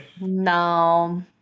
no